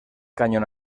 cañón